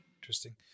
Interesting